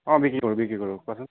অঁ বিক্ৰী কৰোঁ বিক্ৰী কৰোঁ কোৱাচোন